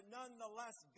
nonetheless